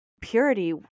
purity